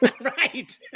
Right